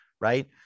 right